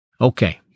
Okay